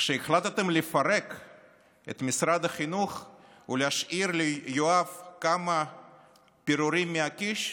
כשהחלטתם לפרק את משרד החינוך ולהשאיר ליואב כמה פירורים מהקיש,